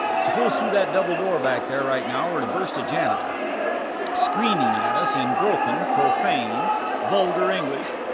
suppose through that double door back there right now were to burst of janitor screaming at us in broken profane vulgar english,